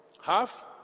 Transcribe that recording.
Half